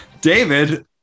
david